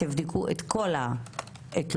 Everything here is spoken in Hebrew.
תבדקו את כל התלונות,